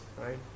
right